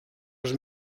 els